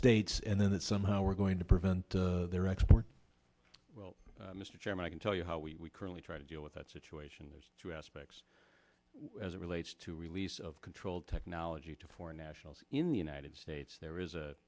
states and then that somehow we're going to prevent their export mr chairman i can tell you how we currently try to deal with that situation there's two aspects as it relates to release of control technology to foreign nationals in the united states there is a